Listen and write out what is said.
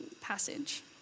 passage